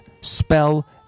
spell